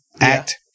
Act